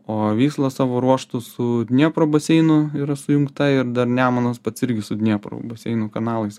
o vysla savo ruožtu su dniepro baseinu yra sujungta ir dar nemunas pats irgi su dniepru baseinų kanalais